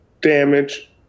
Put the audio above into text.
damage